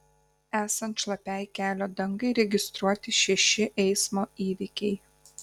esant šlapiai kelio dangai registruoti šeši eismo įvykiai